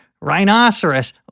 rhinoceros